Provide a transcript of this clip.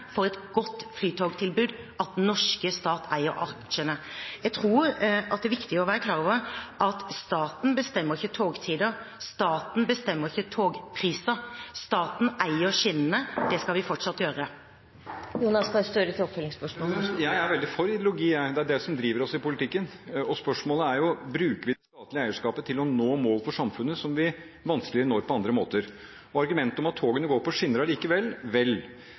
for et godt flytogtilbud at den norske stat eier aksjene. Jeg tror at det er viktig å være klar over at staten bestemmer ikke togtider, staten bestemmer ikke togpriser. Staten eier skinnene – det skal vi fortsatt gjøre. Jeg er veldig for ideologi, jeg. Det er det som driver oss i politikken. Og spørsmålet er: Bruker vi det statlige eierskapet til å nå mål for samfunnet som vi vanskelig når på andre måter? Argumentet om at togene går på skinner allikevel – vel,